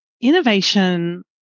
Innovation